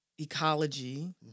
ecology